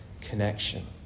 connection